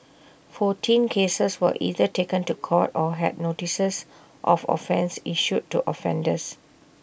fourteen cases were either taken to court or had notices of offence issued to offenders